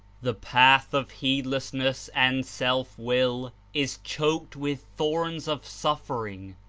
the path of heedlessness and self-will is choked with thorns of suffering,